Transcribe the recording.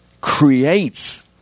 creates